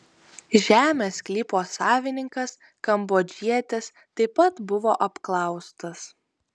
žemės sklypo savininkas kambodžietis taip pat buvo apklaustas